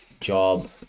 job